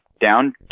down